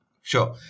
Sure